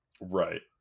Right